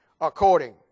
according